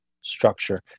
structure